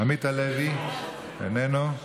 עמית הלוי, איננו,